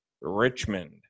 Richmond